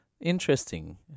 Interesting